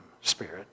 spirit